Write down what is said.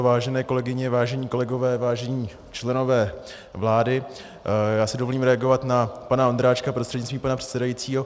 Vážené kolegyně, vážení kolegové, vážení členové vlády, dovolím si reagovat na pana Ondráčka prostřednictvím pana předsedajícího.